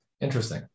Interesting